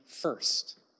first